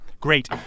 Great